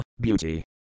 Beauty